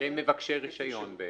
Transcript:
הם מבקשי הגדר.